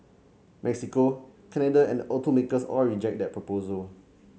Mexico Canada and the automakers all reject that proposal